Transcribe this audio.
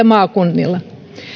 maakunnille